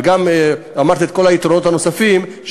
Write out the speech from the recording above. וגם אמרתי את כל היתרונות הנוספים,